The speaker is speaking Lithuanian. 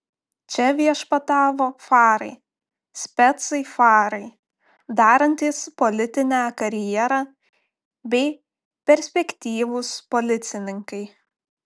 čia viešpatavo farai specai farai darantys politinę karjerą bei perspektyvūs policininkai